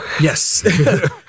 Yes